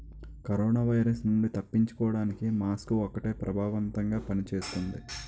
corona virus నుండి తప్పించుకోడానికి mask ఒక్కటే ప్రభావవంతంగా పని చేస్తుంది